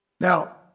Now